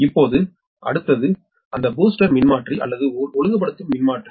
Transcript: இப்போது அடுத்தது அந்த பூஸ்டர் மின்மாற்றி அல்லது ஒழுங்குபடுத்தும் மின்மாற்றி